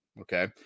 Okay